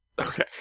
Okay